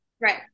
Right